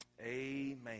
Amen